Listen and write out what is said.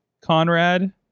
Conrad